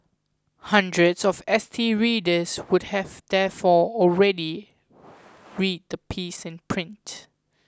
hundreds of S T readers would have therefore already read the piece in print